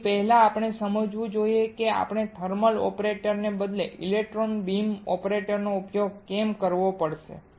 તેથી પહેલા આપણે સમજવું જોઈએ કે આપણે થર્મલ ઓપરેટરને બદલે ઇલેક્ટ્રોન બીમ ઓપરેટરનો ઉપયોગ કેમ કરવો પડ્યો